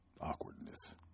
awkwardness